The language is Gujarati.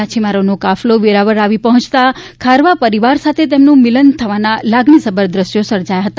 માછીમારનો કાફલો વેરાવળ આવી પહોંચતા ખારવા પરિવાર સાથે તેમનું મિલન થવાના લાગણીસભર દેશ્યો સર્જાયા હતા